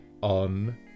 on